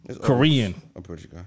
Korean